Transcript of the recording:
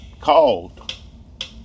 called